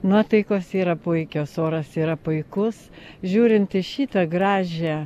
nuotaikos yra puikios oras yra puikus žiūrint į šitą gražią